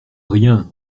rien